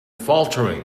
faltering